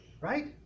Right